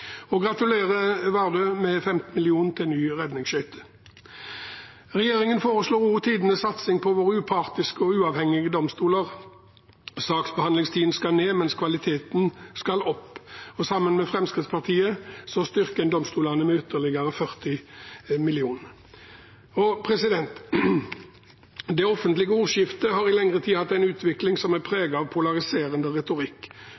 Vardø med 15 mill. kr til ny redningsskøyte! Regjeringen foreslår også tidenes satsing på våre upartiske og uavhengige domstoler. Saksbehandlingstiden skal ned, mens kvaliteten skal opp. Sammen med Fremskrittspartiet styrker en domstolene med ytterligere 40 mill. kr. Det offentlige ordskiftet har i lengre tid hatt en utvikling som er preget av polariserende retorikk.